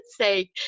Say